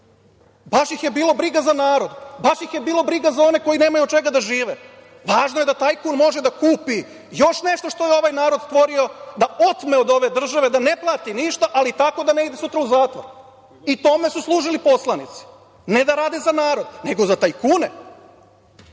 Baš ih je bilo briga za narod, baš ih je bilo briga za one koji nemaju od čega da žive. Važno je da tajkun može da kupi još nešto što je ovaj narod stvorio, da otme od ove države, da ne plati ništa, ali tako da ne ide sutra u zatvor. Tome su služili poslanici, ne da rade za narod, nego za tajkune. Zato